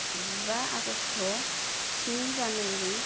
जिबा आगष्ट स्नि जानुवारी